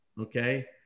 Okay